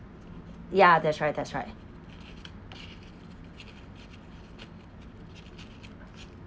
ya that's right that's right